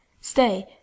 Stay